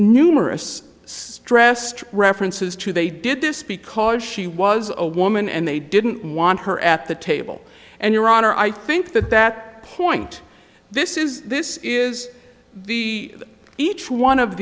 numerous stressed references to they did this because she was a woman and they didn't want her at the table and your honor i think that that point this is this is the each one of